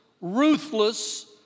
ruthless